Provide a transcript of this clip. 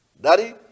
daddy